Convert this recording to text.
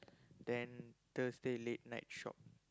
then Thursday late night shop